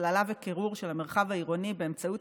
הצללה וקירור של המרחב העירוני באמצעות